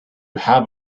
have